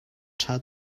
ṭha